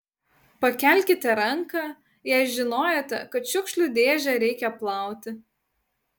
pakelkite ranką jei žinojote kad šiukšlių dėžę reikia plauti